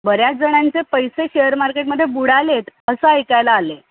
बऱ्याच जणांचे पैसे शेअर मार्केटमध्ये बुडालेत अस ऐकायला आले